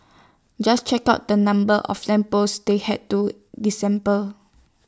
just check out the number of lamp posts they had to disassemble